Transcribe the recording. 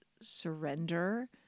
surrender